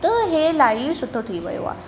त इहे इलाही सुठो थी वियो आहे